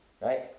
Right